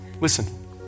Listen